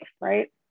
right